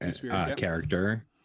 character